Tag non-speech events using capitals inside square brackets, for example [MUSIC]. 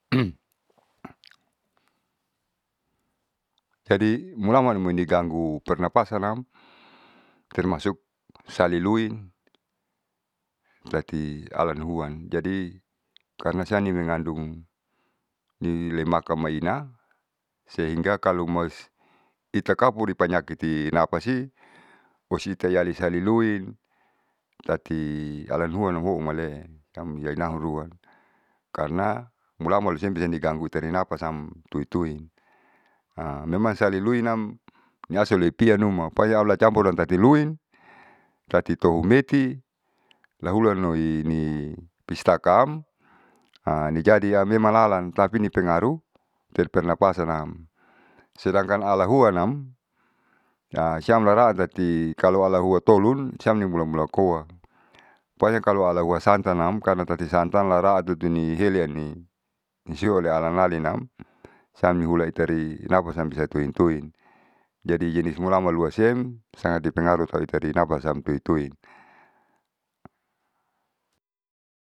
[NOISE] jadi mulaman amoi niganggu pernapasanam [NOISE] termasuk saliluin tati alanhuan. jadi karna siam mengandung ni lemak amoina sehingga kalu masih tita kapuri panyakiti napasi [NOISE] ositeyari saliluin tati alanhuanamhounmale siam jainanrua, karna mulamu kalu sg bisa di ganggu terinapasam tuituin. [HESITATION] memang saliluinam niasa oleh pianuma payahalu campur tati luin, tati tohumeti lahulanloini pistakaam [HESITATION] ni jadiam memamg lalat tapini pengaruh pernapasanam. Sedangkan alahuanam [HESITATION] siamlaran tati kalu alahuatolun mulamula koa. Pokonya kalu alabasantanam karna tati santan laraanam karna tati santan laraa tutuni heliani siolealalinam siam i utari pernapasanam bisa tuin tuin. Jadi jenis mulaman luasiem sangat di pengaruh soitari napasam tuituin.